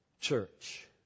church